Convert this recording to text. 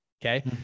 Okay